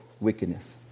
wickedness